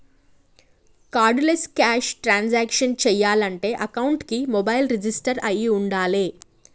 cardless cash transactions చెయ్యాలంటే అకౌంట్కి mobile register అయ్యి వుండాలే